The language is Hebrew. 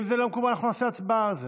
אם זה לא מקובל אנחנו נעשה הצבעה על זה.